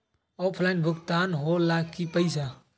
Offline भुगतान हो ला कि पईसा?